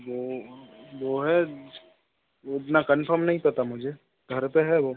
वह वह है वह उतना कन्फर्म नहीं पता मुझे घर पर है वह